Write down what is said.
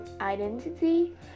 identity